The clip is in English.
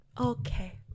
Okay